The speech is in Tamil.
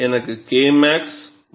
எனக்கு Kmax மற்றும் Kmin 0 ஆக உள்ளது